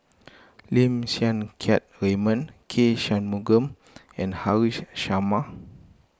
Lim Siang Keat Raymond K Shanmugam and Haresh Sharma